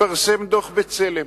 התפרסם דוח "בצלם".